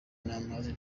n’amazi